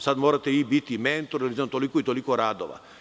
Sad morate biti i mentor sa toliko i toliko radova.